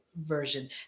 version